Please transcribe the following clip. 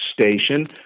station